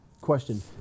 Question